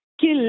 kill